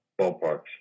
ballparks